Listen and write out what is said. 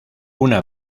una